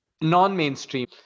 non-mainstream